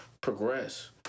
progress